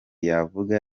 yavuga